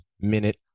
minute